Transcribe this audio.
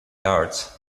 large